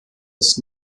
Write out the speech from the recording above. ist